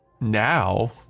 now